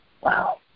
Wow